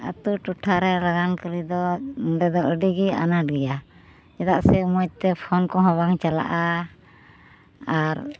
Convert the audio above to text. ᱟᱛᱳ ᱴᱚᱴᱷᱟᱨᱮ ᱞᱟᱜᱟᱱ ᱠᱟᱹᱨᱤᱫᱚ ᱱᱚᱰᱮᱫᱚ ᱟᱹᱰᱤᱜᱮ ᱟᱱᱟᱴ ᱜᱮᱭᱟ ᱪᱮᱫᱟᱜ ᱥᱮ ᱢᱚᱡᱽᱛᱮ ᱯᱷᱳᱱ ᱠᱚᱦᱚᱸ ᱵᱟᱝ ᱪᱟᱞᱟᱜᱼᱟ ᱟᱨ